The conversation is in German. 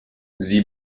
sie